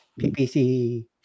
PPC